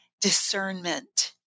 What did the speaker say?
discernment